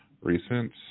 Recent